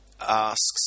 asks